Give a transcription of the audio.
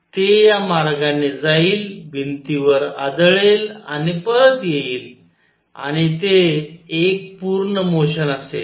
ते या मार्गाने जाईल भिंतीवर आदळेल आणि परत येईल आणि ते एक पूर्ण मोशन असेल